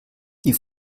die